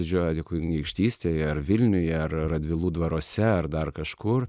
didžiojoje kunigaikštystėje ar vilniuje ar radvilų dvaruose ar dar kažkur